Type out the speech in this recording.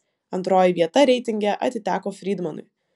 antroji vieta reitinge atiteko frydmanui